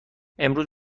امروز